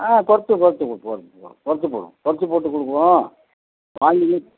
ஆ கொறைச்சி கொறைச்சி கொறைச்சி போடலாம் கொறைச்சி போட்டு கொடுக்கிறோம்